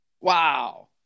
Wow